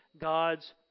God's